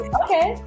okay